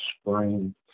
spring